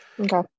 Okay